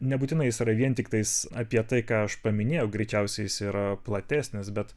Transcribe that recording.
nebūtinai jis yra vien tiktais apie tai ką aš paminėjau greičiausiai jis yra platesnis bet